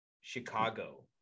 Chicago